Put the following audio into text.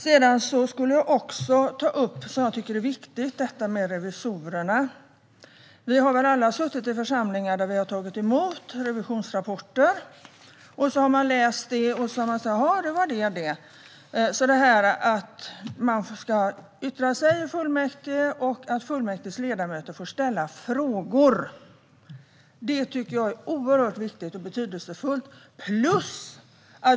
Jag tycker också att detta med revisorerna är viktigt. Vi har väl alla suttit i församlingar där vi har tagit emot revisionsrapporter, läst dem och sagt jaha, det var det. Att man ska yttra sig i fullmäktige och att fullmäktiges ledamöter får ställa frågor tycker jag därför är oerhört betydelsefullt.